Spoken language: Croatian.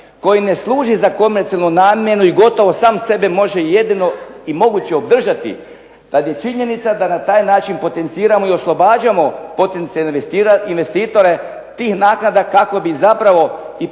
koji ne služi za komercijalnu namjenu i gotovo sam sebe može jedino i moguće održati radi činjenica da na taj način potenciramo i oslobađamo potencijalne investitore tih naknada kako bi zapravo i